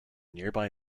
nearby